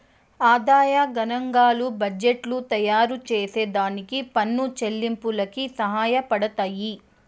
ఆదాయ గనాంకాలు బడ్జెట్టు తయారుచేసే దానికి పన్ను చెల్లింపులకి సహాయపడతయ్యి